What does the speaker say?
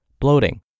bloating